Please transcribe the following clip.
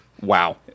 wow